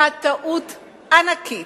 עשתה טעות ענקית,